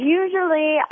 usually